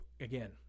again